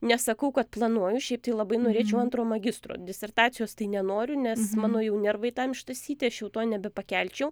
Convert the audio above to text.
nesakau kad planuoju šiaip tai labai norėčiau antro magistro disertacijos tai nenoriu nes mano jau nervai tam ištąsyti aš jau to nebepakelčiau